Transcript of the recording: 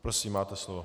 Prosím, máte slovo.